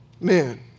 man